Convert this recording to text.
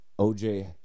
OJ